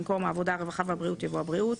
במקום "העבודה מוות הרווחה והבריאות" יבוא "הבריאות".